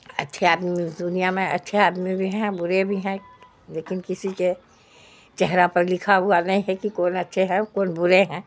اچھے آدمی اس دنیا میں اچھے آدمی بھی ہیں برے بھی ہیں لیکن کسی کے چہرا پر لکھا ہوا نہیں ہے کہ کون اچھے ہیں اور کون برے ہیں